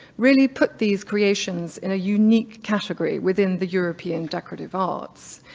really put these creations in a unique category within the european decorative arts.